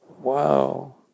Wow